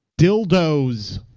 Dildos